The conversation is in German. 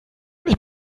nicht